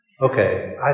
okay